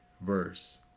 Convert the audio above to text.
verse